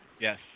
Yes